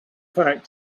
fact